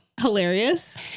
Hilarious